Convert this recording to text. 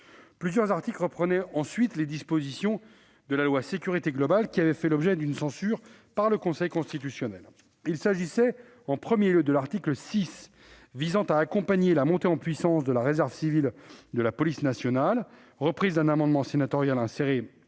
Plusieurs articles reprenaient ensuite des dispositions de la loi Sécurité globale ayant fait l'objet d'une censure par le Conseil constitutionnel. Il s'agissait tout d'abord de l'article 6, qui vise à accompagner la montée en puissance de la réserve civile de la police nationale. Reprise d'un amendement sénatorial inséré dans